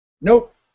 Nope